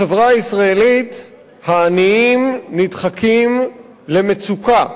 בחברה הישראלית העניים נדחקים למצוקה,